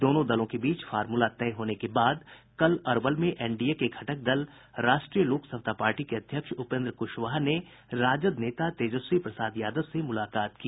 दोनों दलों के बीच फार्मूला तय होने के बाद कल अरवल में एनडीए के घटक दल राष्ट्रीय लोक समता पार्टी के अध्यक्ष उपेन्द्र कुशवाहा ने राजद नेता तेजस्वी प्रसाद यादव से मुलाकात की